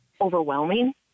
overwhelming